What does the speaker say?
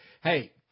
Hey